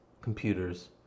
computers